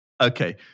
Okay